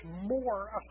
more